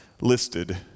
listed